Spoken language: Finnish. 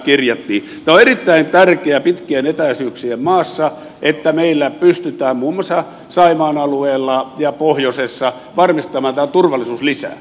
tämä on erittäin tärkeää pitkien etäisyyksien maassa että meillä pystytään muun muassa saimaan alueella ja pohjoisessa varmistamaan tämä turvallisuuslisä